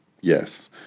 Yes